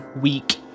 week